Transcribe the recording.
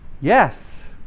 yes